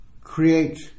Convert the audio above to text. create